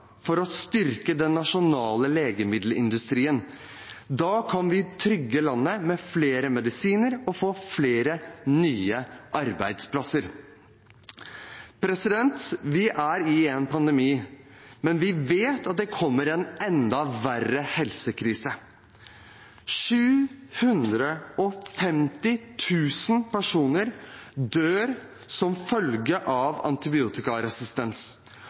for å styrke den nasjonale legemiddelindustrien. Da kan vi trygge landet med flere medisiner og få flere nye arbeidsplasser. Vi er i en pandemi, men vi vet at det kommer en enda verre helsekrise. 750 000 personer dør som følge av antibiotikaresistens,